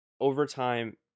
overtime